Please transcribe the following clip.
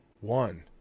One